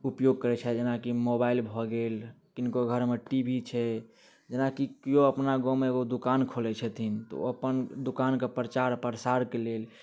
उपयोग करै छथि जेनाकि मोबाइल भऽ गेल किनको घरमे टी वी छै जेनाकि केओ अपना गाममे एगो दोकान खोलै छथिन तऽ ओ अपन दोकानके प्रचार प्रसारके लेल